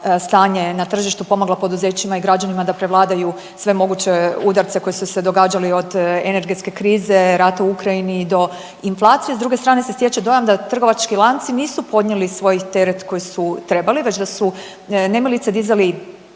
stanje na tržištu, pomogla poduzećima i građanima da prevladaju sve moguće udarce koji su se događali od energetske krize, rata u Ukrajini do inflacije s druge strane se stječe dojam da trgovački lanci nisu podnijeli svoj teret koji su trebali već da su nemilice dizali